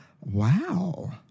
Wow